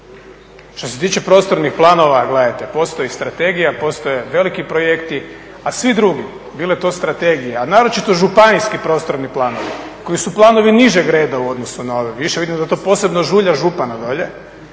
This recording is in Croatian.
Što se tiče prostornih planove, gledajte postoji strategija, postoje veliki projekti, a svi drugi bilo to strategija, a naročito županijski prostorni planovi koji su planovi nižeg reda u odnosu na ove više, vidim da to posebno žulja župana dolje